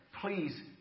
Please